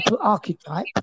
archetype